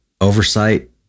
Oversight